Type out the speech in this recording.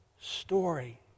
story